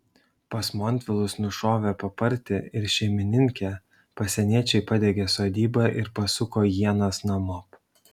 pas montvilus nušovę papartį ir šeimininkę pasieniečiai padegė sodybą ir pasuko ienas namop